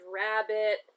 rabbit